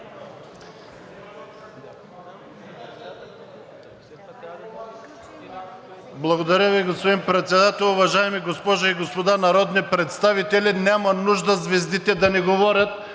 Благодаря Ви, господин Председател. Уважаеми госпожи и господа народни представители! Няма нужда звездите да ни говорят,